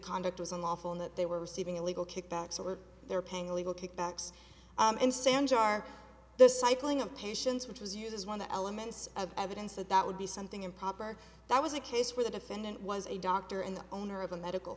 conduct was unlawful and that they were receiving illegal kickbacks or they're paying legal kickbacks and sanjay are the cycling of patients which was uses when the elements of evidence that that would be something improper that was a case where the defendant was a doctor and the owner of a medical